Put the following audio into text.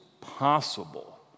possible